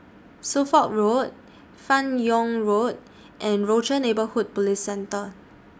Suffolk Road fan Yoong Road and Rochor Neighborhood Police Centre